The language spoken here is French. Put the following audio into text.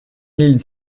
mille